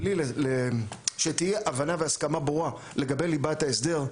בלי שתהיה הבנה והסכמה ברורה לגבי ליבת ההסדר,